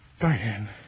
Diane